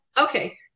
Okay